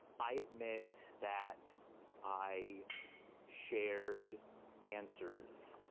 i admit that i shared answers.